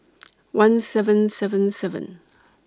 one seven seven seven